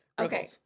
Okay